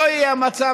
שלא יהיה מצב,